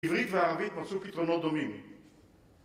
עברית וערבית מצאו פתרונות דומים